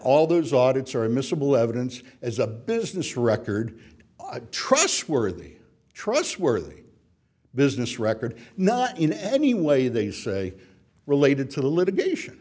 all those auditor miscible evidence as a business record are trustworthy trustworthy business record not in any way they say related to the litigation